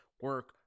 Work